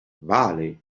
vale